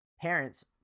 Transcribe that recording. parents